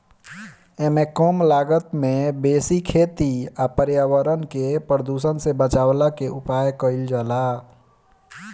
एमे कम लागत में बेसी खेती आ पर्यावरण के प्रदुषण से बचवला के उपाय कइल जाला